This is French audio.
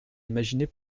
imaginer